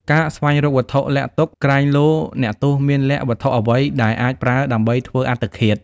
ការស្វែងរកវត្ថុលាក់ទុក ក្រែងលោអ្នកទោសមានលាក់វត្ថុអ្វីដែលអាចប្រើដើម្បីធ្វើអត្តឃាត។